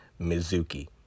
Mizuki